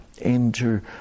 enter